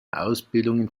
ausbildungen